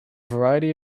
variety